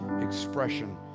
expression